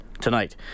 tonight